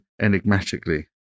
enigmatically